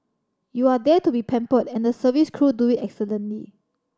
you are there to be pampered and the service crew do it excellently